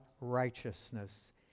righteousness